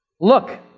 Look